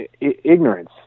ignorance